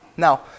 Now